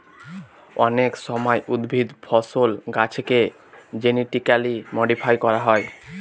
অনেক সময় উদ্ভিদ, ফসল, গাছেকে জেনেটিক্যালি মডিফাই করা হয়